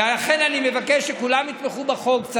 אני מבקש שכולם יתמכו בחוק.